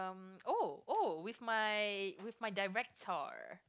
um oh oh with my with my director